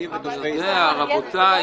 רבותי,